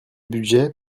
budget